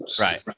Right